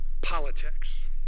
politics